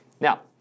Now